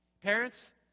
Parents